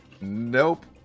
Nope